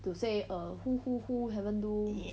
to say err who who who haven't do